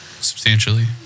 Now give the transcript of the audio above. substantially